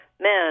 men